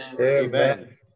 Amen